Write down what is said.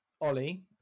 Ollie